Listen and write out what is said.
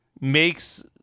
makes